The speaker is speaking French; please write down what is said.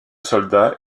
soldats